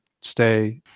stay